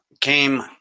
came